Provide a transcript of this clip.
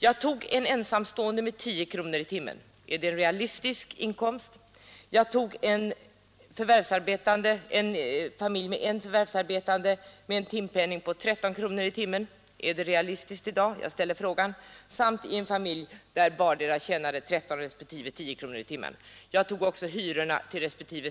Jag tog en ensamstående med 10 kronor i timmen. Är det en realistisk inkomst? Jag tog vidare en familj med en förvärvsarbetande med en timpenning på 13 kronor i timmen. Jag ställer frågan: Är det realistiskt i dag? Vidare tog jag som exempel en familj där vardera maken tjänade 13 respektive 10 kronor i timmen. Jag tog också med hyrorna, 600 respektive